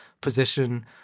position